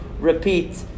repeat